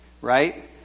Right